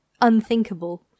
unthinkable